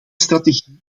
strategie